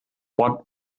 what